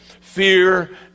fear